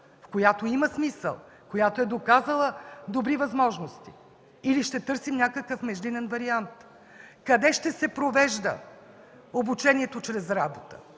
в която има смисъл, която е доказала добри възможности? Или ще търсим някакъв междинен вариант? Къде ще се провежда обучението чрез работа?